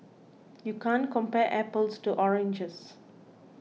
you can't compare apples to oranges